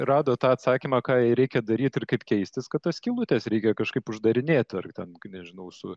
rado tą atsakymą ką jai reikia daryt ir kaip keistis kad tas skylutes reikia kažkaip uždarinėt ar ten nežinau su